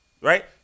Right